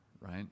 right